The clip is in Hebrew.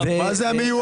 מה זה המיועד?